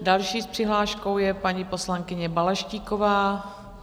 Další s přihláškou je paní poslankyně Balaštíková.